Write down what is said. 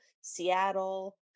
Seattle